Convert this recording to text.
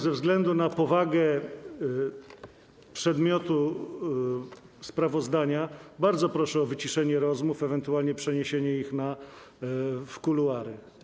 Ze względu na powagę przedmiotu sprawozdania bardzo proszę o wyciszenie rozmów, ewentualnie przeniesienie ich w kuluary.